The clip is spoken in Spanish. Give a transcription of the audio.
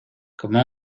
como